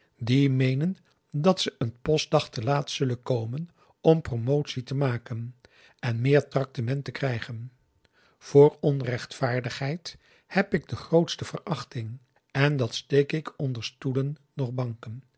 die meenen dat ze een postdag te laat zullen komen om promotie te maken en meer traktement te krijgen voor onrechtvaardigheid heb ik de grootste verachting en dat steek ik onder stoelen noch banken